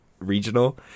regional